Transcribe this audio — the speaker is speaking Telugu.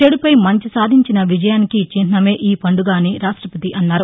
చెడుపై మంచి సాధించిన విజయానికి చిహ్నమే ఈ పండుగ అని రాష్టపతి అన్నారు